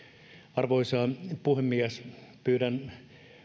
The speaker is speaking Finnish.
arvoisa puhemies pyydän